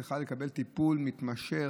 צריך לקבל טיפול מתמשך,